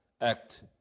act